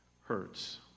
hurts